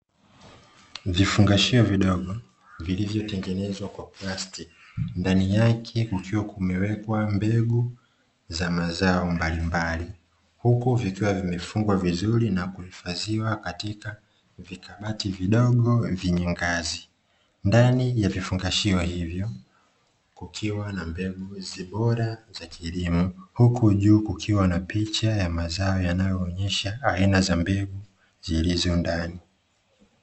Vifungashio vidogo vilivyotengenezwa kwa plastiki, ndani yake kukiwa kumewekwa mbegu za mazao mbalimbali huku vikiwa vimefungwa vizuri na kuhifadhiwa katika vikabati vidogo vyenye ngazi. Ndani ya vifungashio hivyo kukiwa na mbegu bora za kilimo, huku juu kukiwa na picha ya mazao yanayoonyesha aina za mbegu zilizo ndani.